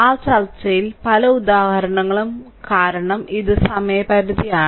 ആ ചർച്ചയിൽ പല ഉദാഹരണങ്ങളും കാരണം ഇത് സമയപരിധിയാണ്